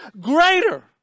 greater